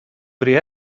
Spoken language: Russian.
при